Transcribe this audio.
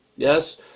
Yes